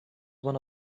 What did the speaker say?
one